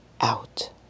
Out